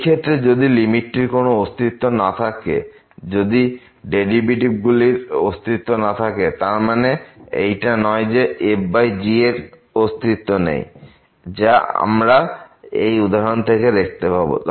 এই ক্ষেত্রে যদি লিমিটটির কোন অস্তিত্ব না থাকে যদি ডেরিভেটিভ গুলির অস্তিত্ব না থাকে তার মানে এইটা নয় যে লিমিট fg এর কোন অস্তিত্ব নেই যা আমার এই উদাহরণ থেকে দেখতে পাবো